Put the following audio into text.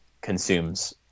consumes